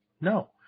No